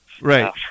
Right